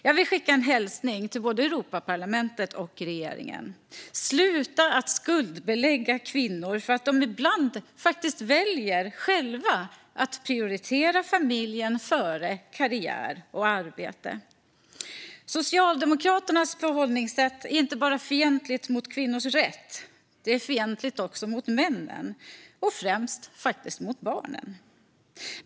Jag vill skicka en hälsning till både Europaparlamentet och regeringen: Sluta skuldbelägga kvinnor för att de ibland faktiskt själva väljer att prioritera familjen före karriär och arbete! Socialdemokraternas förhållningssätt är inte bara fientligt mot kvinnors rätt, utan det är fientligt också mot männen och främst mot barnen.